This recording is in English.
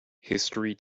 history